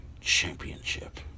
championship